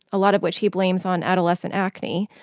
a lot of which he blames on adolescent acne.